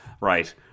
Right